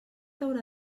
haurà